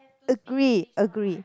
agreed agreed